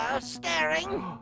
staring